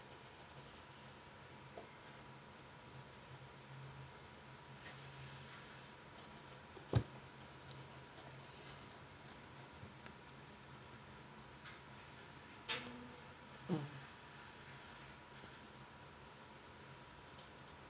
mm